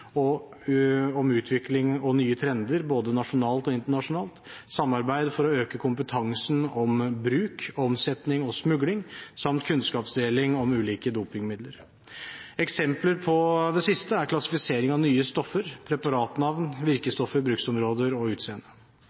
om utvikling og nye trender både nasjonalt og internasjonalt, samarbeid for å øke kompetansen om bruk, omsetning og smugling samt kunnskapsdeling om ulike dopingmidler. Eksempler på det siste er klassifisering av nye stoffer, preparatnavn, virkestoffer, bruksområde og utseende.